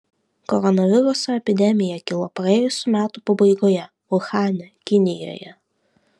koronaviruso epidemija kilo praėjusių metų pabaigoje uhane kinijoje